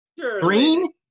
green